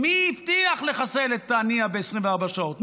מי הבטיח לחסל את הנייה ב-24 שעות?